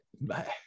Bye